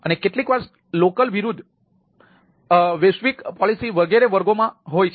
અને કેટલીક વાર સ્થાનિક વિરુદ્ધ વૈશ્વિક પોલિસી વગેરેમાં વર્ગો હોય છે